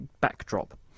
backdrop